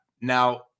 now